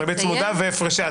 "ריבית צמודה והצמדה"